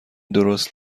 درست